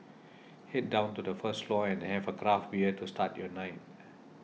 head down to the first floor and have a craft bear to start your night